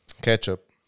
Ketchup